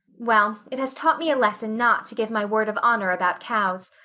well, it has taught me a lesson not to give my word of honor about cows.